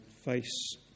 face